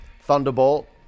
thunderbolt